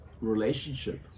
relationship